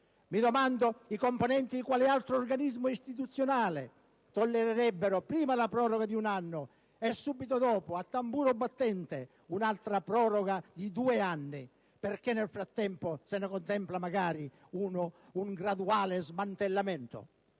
Mi domando: i componenti di quale altro organismo istituzionale tollererebbero prima la proroga di un anno e, subito dopo, a tamburo battente, un'altra proroga di due anni, perché nel frattempo se ne contempla, magari, un graduale smantellamento?